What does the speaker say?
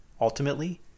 Ultimately